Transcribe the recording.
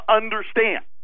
understand